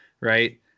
Right